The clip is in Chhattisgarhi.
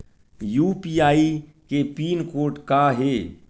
यू.पी.आई के पिन कोड का हे?